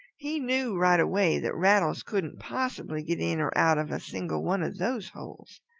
he knew right away that rattles couldn't possibly get in or out of a single one of those holes.